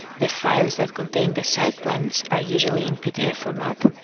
the files that contain the site plans are usually in pdf format,